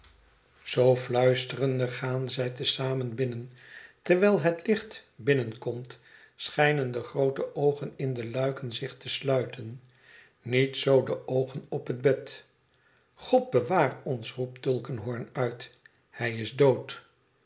zoo fluisterende gaan zij te zamen binnen terwijl het licht binnenkomt schijnen de groote oogen in de luiken zich te sluiten niet zoo de oogen op het bed god bewaar ons roept tulkinghorn uit hij is dood